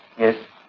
yes.